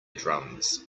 drums